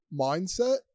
mindset